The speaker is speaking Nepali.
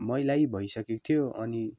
मैला भइसकेको थियो अनि